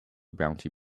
bounty